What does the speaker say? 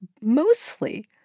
mostly